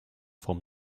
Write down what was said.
vom